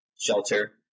shelter